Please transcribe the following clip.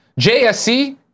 JSC